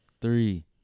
three